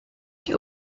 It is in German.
die